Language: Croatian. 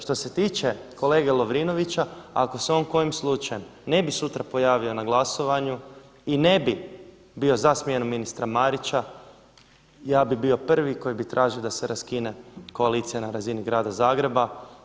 Što se tiče kolege Lovrinovića, ako se on kojim slučajem ne bi sutra pojavio na glasovanju i ne bi bio smjenu za smjenu ministra Marića ja bih bio prvi koji bi tražio da se raskine koalicija na razini grada Zagreba.